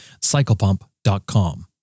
CyclePump.com